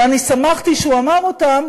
אני שמחתי שהוא אמר אותם,